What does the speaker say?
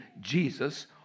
Jesus